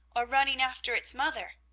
or running after its mother.